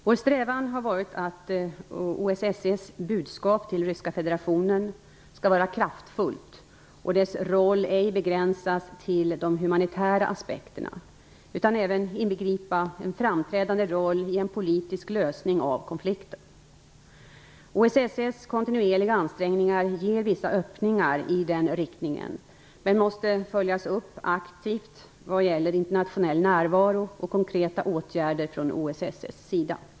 Vår strävan har varit att OSSE:s budskap till Ryska federationen skall vara kraftfullt och dess roll ej begränsas till de humanitära aspekterna utan även inbegripa en framträdande roll i en politisk lösning av konflikten. OSSE:s kontinuerliga ansträngningar ger vissa öppningar i denna riktning men måste följas upp aktivt vad gäller internationell närvaro och konkreta åtgärder från OSSE:s sida.